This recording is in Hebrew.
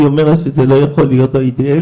והיא אומרת שזה לא יכול להיות ADL,